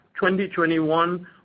2021